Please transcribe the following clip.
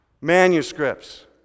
manuscripts